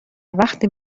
وقتی